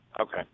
Okay